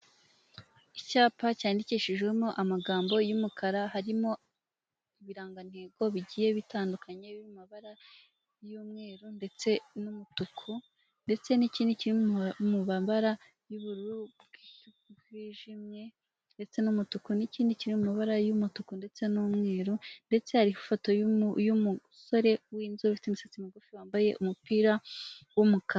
Icyapa cyandikishijwemo amagambo y'umukara harimo ibirangantego bigiye bitandukanye biri mu mabara y'umweru ndetse n'umutuku, ndetse n'ikindi kimwe mu mabara y'ubururu bwijimye, ndetse n'umutuku n'kindi kiri mu mabara y'umutuku ndetse n'umweru ndetse hari ifoto y'umusore w'inzobe ufite imisatsi mugufi wambaye umupira w'umukara.